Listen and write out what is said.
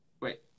Wait